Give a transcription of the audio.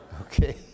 Okay